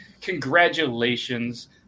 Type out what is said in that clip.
Congratulations